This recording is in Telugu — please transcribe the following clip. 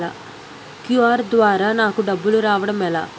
క్యు.ఆర్ ద్వారా నాకు డబ్బులు రావడం ఎలా?